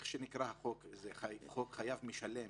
החוק נקרא "חוק חייב משלם"